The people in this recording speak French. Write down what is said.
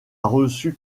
reçu